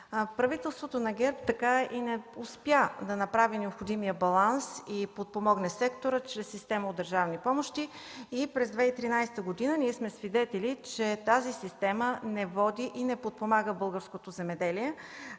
Правителството на ГЕРБ така и не успя да направи необходимия баланс и да подпомогне сектора чрез система от държавни помощи. През 2013 г. ние сме свидетели, че тази система не води и не подпомага българското земеделие,